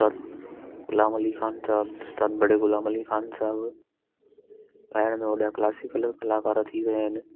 उस्तादु ग़ुलाम अली ख़ान साहिबु उस्तादु बड़े ग़ुलाम अली ख़ान साहिबु ॻाइण में वॾा क्लासिकल कलाकार थी विया आहिनि